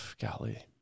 golly